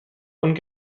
und